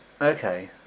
Okay